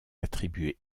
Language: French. attribuée